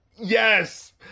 Yes